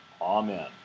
Amen